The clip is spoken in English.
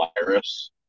virus